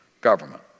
government